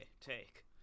take